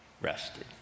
rested